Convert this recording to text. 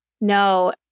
No